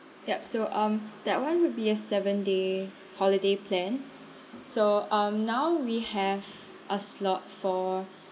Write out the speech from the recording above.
yup so um that [one] would be a seven day holiday plan so um now we have a slot for